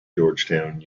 georgetown